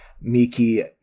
Miki